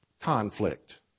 conflict